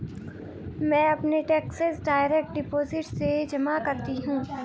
मैं अपने taxes direct deposit से ही जमा करती हूँ